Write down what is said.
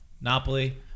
Napoli